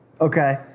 Okay